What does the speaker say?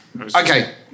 Okay